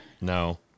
No